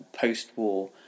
post-war